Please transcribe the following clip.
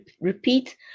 repeat